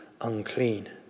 Unclean